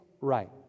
right